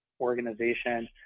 organization